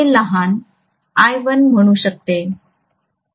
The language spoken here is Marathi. हे लहान i1 म्हणू शकतो